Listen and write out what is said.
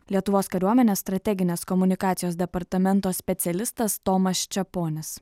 lietuvos kariuomenės strateginės komunikacijos departamento specialistas tomas čeponis